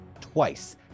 twice